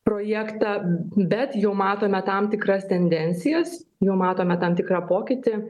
projektą bet jau matome tam tikras tendencijas jau matome tam tikrą pokytį